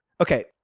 okay